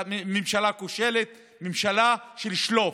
ממשלה כושלת, ממשלה של שלוף.